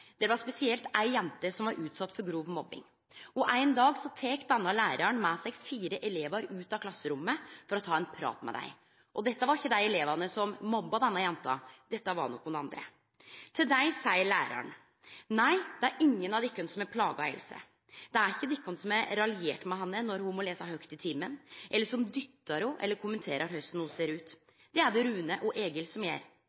spesielt ei jente var utsett for grov mobbing. Ein dag tok denne læraren med seg fire elevar ut av klasserommet for å ta ein prat med dei. Dette var ikkje dei elevane som mobba denne jenta, dette var nokre andre. Til dei sa læraren: «Nei, det er ingen av dykk som har plaga «Else», det er ikkje de som raljerer med henne når ho må lese høgt i timen eller som dyttar henne eller kommenterer korleis ho ser ut. Det er det «Rune» og «Egil» som gjer.